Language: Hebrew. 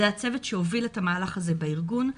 זה הצוות שהוביל את המהלך הזה בארגון.